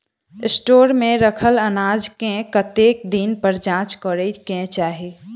Store मे रखल अनाज केँ कतेक दिन पर जाँच करै केँ चाहि?